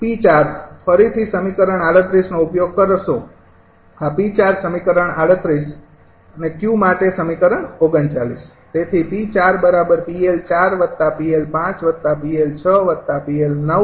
P૪ ફરીથી સમીકરણ ૩૮ નો ઉપયોગ કરશે આ P૪ સમીકરણ ૩૮ Q માટે સમીકરણ 3૯